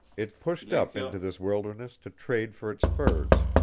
it pushed up into this wilderness to trade for its furs.